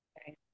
Okay